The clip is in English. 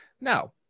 Now